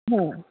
हा